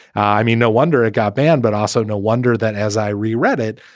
i mean, no wonder it got banned, but also no wonder that as i reread it,